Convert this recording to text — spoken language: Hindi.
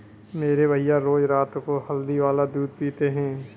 मेरे भैया रोज रात को हल्दी वाला दूध पीते हैं